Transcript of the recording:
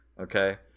okay